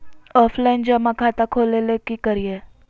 Offline जमा खाता खोले ले की करिए?